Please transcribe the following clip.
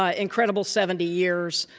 ah incredible seventy years,